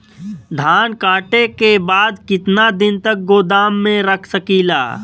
धान कांटेके बाद कितना दिन तक गोदाम में रख सकीला?